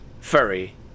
furry